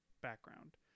Background